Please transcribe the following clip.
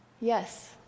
Yes